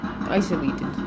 isolated